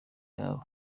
yabo